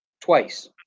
twice